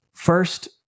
first